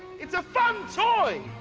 it's a fun toy.